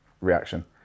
reaction